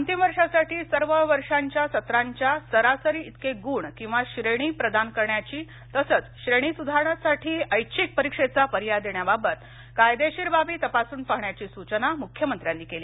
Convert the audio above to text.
अंतिम वर्षासाठी सर्व वर्षांच्या सत्रांच्या सरासरी इतके गुण किंवा श्रेणी प्रदान करण्याची तसेच श्रेणी सुधारासाठी ऐच्छिक परीक्षेचा पर्याय देण्याबाबत कायदेशीर बाबी तपासून पाहण्याची सूचना मुख्यमंत्र्यांनी केली